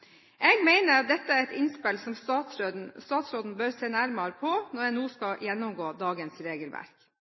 Jeg mener dette er et innspill som statsråden bør se nærmere på, når en nå skal gjennomgå dagens regelverk.